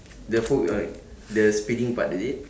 the the speeding part is it